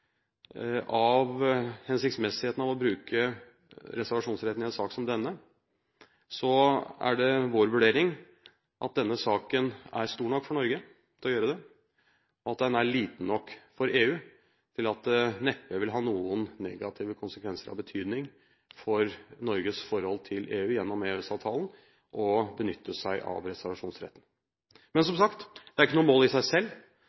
av hensiktsmessigheten av å bruke reservasjonsretten i en sak som denne, er det vår vurdering at denne saken er stor nok for Norge til å gjøre det, og at den er liten nok for EU til at det neppe vil ha noen negative konsekvenser av betydning for Norges forhold til EU gjennom EØS-avtalen om vi benytter oss av denne reservasjonsretten. Men som sagt: Det er ikke noe mål i seg selv.